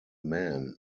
man